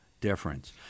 difference